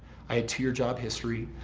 i had two year job history.